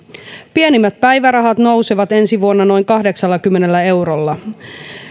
pienimmät päivärahat nousevat ensi vuonna noin kahdeksallakymmenellä eurolla